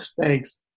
thanks